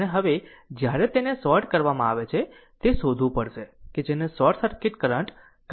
અને હવે જ્યારે તેને શોર્ટ કરવામાં આવે છે તે શોધવું પડશે કે જેને શોર્ટ સર્કિટ કરંટ કહે છે